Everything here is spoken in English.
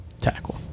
tackle